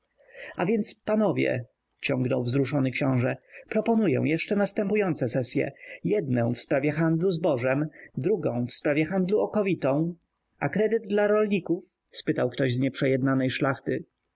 a więc panowie ciągnął wzruszony książe proponuję jeszcze następujące sesye jednę w sprawie handlu zbożem drugą w sprawie handlu okowitą a kredyt dla rolników spytał ktoś z nieprzejednanej szlachty